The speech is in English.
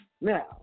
Now